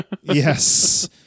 Yes